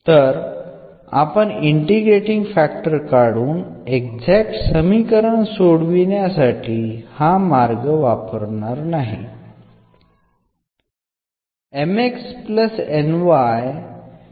तर आपण integrating factor काढून एक्झॅक्ट समीकरण सोडवण्यासाठी हा मार्ग वापरणार नाही